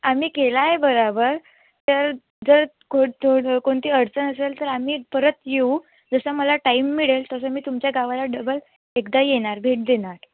आम्ही केला आहे बरोबर तर जर थो कोणती अडचण असेल तर आम्ही परत येऊ जसं मला टाईम मिळेल तसं मी तुमच्या गावाला डबल एकदा येणार भेट देणार